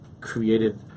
created